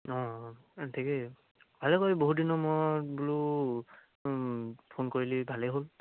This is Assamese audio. অঁ ঠিকেই ভালেই কৰিলি বহুত দিনৰ মূৰত বোলো ফোন কৰিলি ভালেই হ'ল